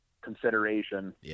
consideration